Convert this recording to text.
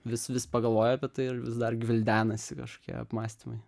vis vis pagalvoju apie tai ir vis dar gvildenasi kažkokie apmąstymai